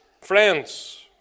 friends